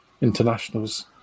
internationals